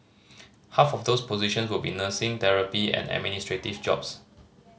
half of those position will be nursing therapy and administrative jobs